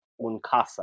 Uncasa